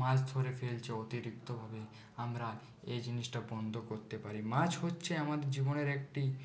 মাছ ধরে ফেলছে অতিরিক্তভাবে আমরা এই জিনিসটা বন্ধ করতে পারি মাছ হচ্ছে আমাদের জীবনের একটি